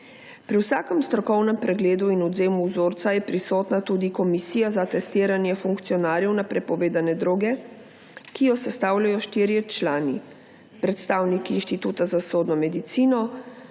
Pri vsakem strokovnem pregledu in odvzemu vzorca je prisotna tudi komisija za testiranje funkcionarjev na prepovedane droge, ki jo sestavljajo štirje člani: predstavnik Inštituta za sodno medicino,